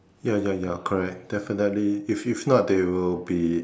ya ya ya correct definitely if if not they will be